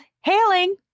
hailing